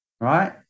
right